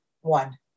One